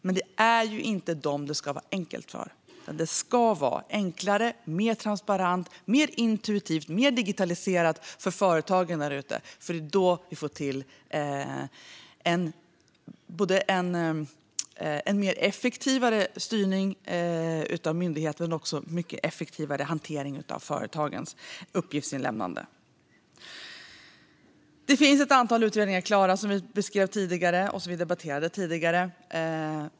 Men det är inte dem det ska vara enkelt för, utan det ska vara enklare, mer transparent, mer intuitivt och mer digitaliserat för företagen eftersom det är då det blir en effektivare styrning från myndighetens sida och en effektivare hantering av företagens uppgiftsinlämnande. Det finns ett antal utredningar klara, som vi har debatterat tidigare.